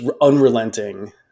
unrelenting